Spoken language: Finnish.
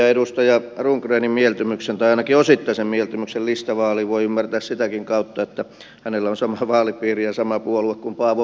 edustaja rundgrenin mieltymyksen tai ainakin osittaisen mieltymyksen listavaaliin voi ymmärtää sitäkin kautta että hänellä on sama vaalipiiri ja sama puolue kuin paavo väyrysellä